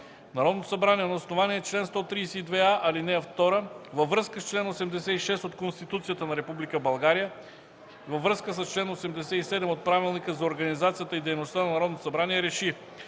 Народното събрание на основание чл. 132а, ал. 2 във връзка с чл. 86 от Конституцията на Република България, във връзка с чл. 87 от Правилника за организацията и дейността на Народното събрание РЕШИ: